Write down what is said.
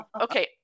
Okay